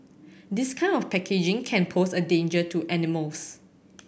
this kind of packaging can pose a danger to animals